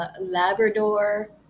Labrador